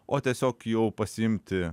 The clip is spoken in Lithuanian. o tiesiog jau pasiimti